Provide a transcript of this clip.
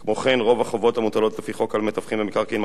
רוב החובות המוטלות לפי החוק על מתווכים במקרקעין מתאימות יותר,